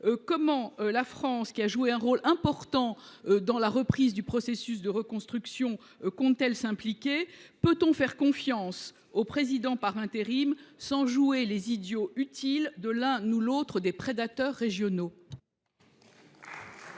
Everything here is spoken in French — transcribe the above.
comment la France, qui a joué un rôle important dans la reprise du processus de reconstruction, compte t elle s’impliquer ? Peut on faire confiance au président par intérim sans jouer les idiots utiles de l’un ou de l’autre des prédateurs régionaux ?